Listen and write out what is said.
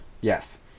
Yes